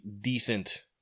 decent